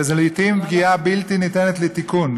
ולעתים זו פגיעה בלתי ניתנת לתיקון.